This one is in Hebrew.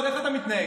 איך אתה מתנהג?